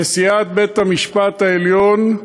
נשיאת בית-המשפט העליון: